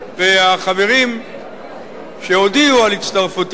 והחברים שהודיעו על הצטרפותם,